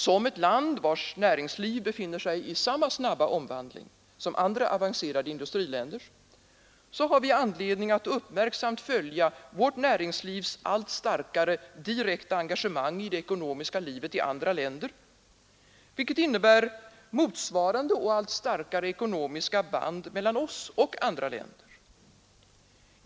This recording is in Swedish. Som ett land vars näringsliv befinner sig i samma snabba omvandling som andra avancerade industriländers har vi anledning att uppmärksamt följa vårt näringslivs allt starkare direkta engagemang i det ekonomiska livet i andra länder, vilket innevär motsvarande och allt starkare ekonomiska band mellan oss och andra länder.